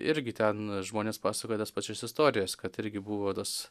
irgi ten žmonės pasakoja tas pačias istorijas kad irgi buvo tas